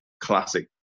classic